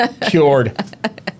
cured